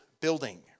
building